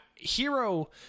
Hero